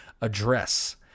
address